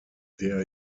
der